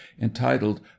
entitled